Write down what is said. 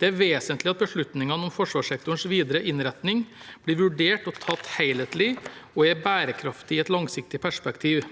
Det er vesentlig at beslutningene om forsvarssektorens videre innretning blir vurdert og tatt helhetlig, og at de er bærekraftige i et langsiktig perspektiv.